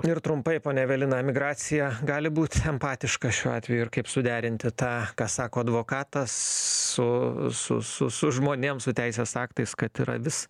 ir trumpai ponia evelina migracija gali būt empatiška šiuo atveju ir kaip suderinti tą ką sako advokatas su su su su žmonėm su teisės aktais kad ir avis